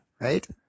Right